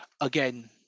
again